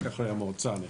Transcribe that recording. רק אחרי המועצה.